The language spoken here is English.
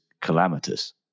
calamitous